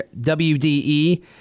WDE